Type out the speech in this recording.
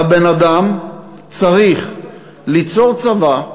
והבן-אדם צריך ליצור צבא,